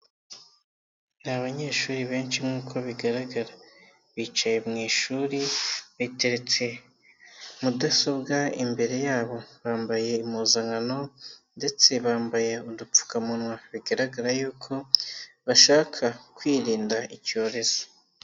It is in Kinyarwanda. Ni abanyeshuri benshi nkuko bigaragara bicaye mu ishuri biteretse mudasobwa imbere yabo, bambaye impuzankano ndetse bambaye udupfukamunwa bigaragara yuko bashaka kwirinda icyorezo